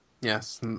Yes